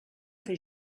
fer